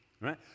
right